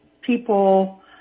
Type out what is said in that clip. people